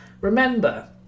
Remember